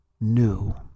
new